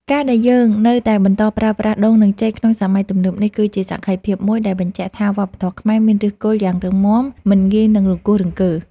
ការដែលយើងនៅតែបន្តប្រើប្រាស់ដូងនិងចេកក្នុងសម័យទំនើបនេះគឺជាសក្ខីភាពមួយដែលបញ្ជាក់ថាវប្បធម៌ខ្មែរមានឫសគល់យ៉ាងរឹងមាំមិនងាយនឹងរង្គោះរង្គើ។